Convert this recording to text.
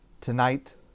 tonight